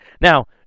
Now